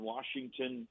Washington